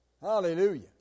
Hallelujah